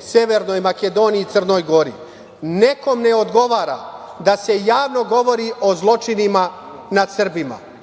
Severnoj Makedoniji i Crnoj Gori. Nekom ne odgovara da se javno govori o zločinima nad Srbima.